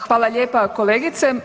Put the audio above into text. Hvala lijepa kolegice.